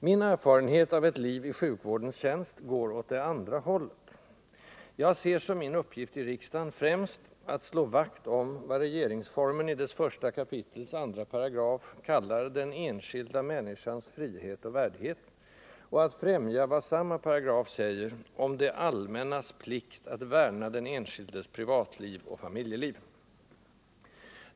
Min erfarenhet av ett liv i sjukvårdens tjänst går åt det andra hållet: Jag ser som min uppgift i riksdagen främst att slå vakt om vad som i regeringsformens 1 kap. 2 § kallas ”den enskilda människans frihet och värdighet” och att främja vad som i samma paragraf sägs om ”det allmännas” plikt att ”värna den enskildes privatliv och familjeliv”.